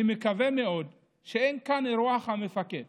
אני מקווה מאוד שאין כאן מרוח המפקד